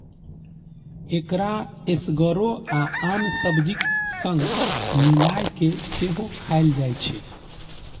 एकरा एसगरो आ आन सब्जीक संग मिलाय कें सेहो खाएल जाइ छै